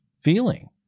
feeling